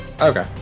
Okay